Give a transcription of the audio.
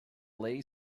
lay